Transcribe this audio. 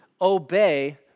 obey